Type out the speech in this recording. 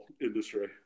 industry